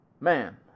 Man